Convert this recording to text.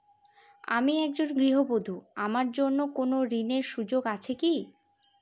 আমি একজন গৃহবধূ আমার জন্য কোন ঋণের সুযোগ আছে কি?